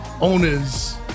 owners